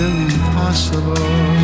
Impossible